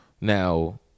now